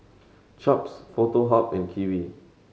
Chaps Foto Hub and Kiwi